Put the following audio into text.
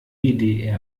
ist